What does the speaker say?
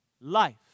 Life